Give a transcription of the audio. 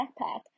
backpack